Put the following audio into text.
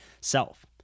self